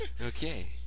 Okay